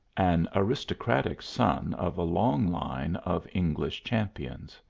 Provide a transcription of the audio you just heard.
an aristocratic son of a long line of english champions.